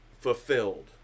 fulfilled